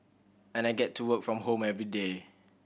and I get to work from home everyday